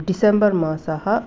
December मासः